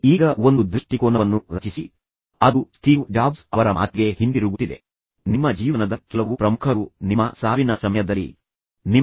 ಈಗ ಒಂದು ದೃಷ್ಟಿಕೋನವನ್ನು ರಚಿಸಿ ಅದು ಸ್ಟೀವ್ ಜಾಬ್ಸ್ ಅವರ ಮಾತಿಗೆ ಹಿಂತಿರುಗುತ್ತಿದೆಯೇ ಅಥವಾ ನಿಮ್ಮ ಜೀವನದಲ್ಲಿ ನಿಮಗೆ ಏನು ಬೇಕು ಎಂಬುದರ ಬಗ್ಗೆ ಅಂತಿಮವಾಗಿ ಯೋಚಿಸಿ ಎಂದು ನಾನು ನಿಮಗೆ ಹೇಳುತ್ತಿದ್ದೆ